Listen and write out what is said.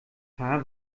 haar